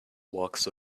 walks